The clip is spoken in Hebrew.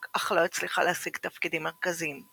אך לא הצליחה להשיג תפקידים מרכזיים.